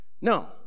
No